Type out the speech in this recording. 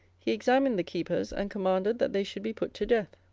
he examined the keepers, and commanded that they should be put to death.